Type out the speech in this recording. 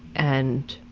and